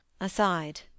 aside